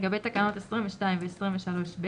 לגבי תקנות 22 ו-23(ב),